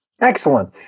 Excellent